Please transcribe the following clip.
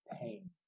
pain